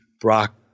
Brock